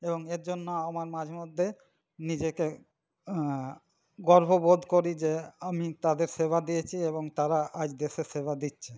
এবং এর জন্য আমার মাঝেমধ্যে নিজেকে গর্ববোধ করি যে আমি তাদের সেবা দিয়েছি এবং তারা আজ দেশের সেবা দিচ্ছে